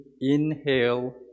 inhale